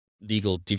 legal